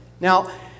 Now